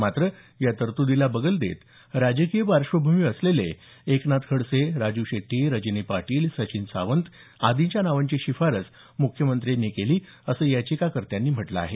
मात्र या तरत्दीला बगल देत राजकीय पार्श्वभूमी असलेले एकनाथ खडसे राजू शेट्टी रजनी पाटील सचिन सावंत आदींच्या नावांची शिफारस मुख्यमंत्र्यांनी केली असं याचिकाकर्त्यांनी म्हटलं आहे